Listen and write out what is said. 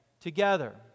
together